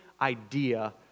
idea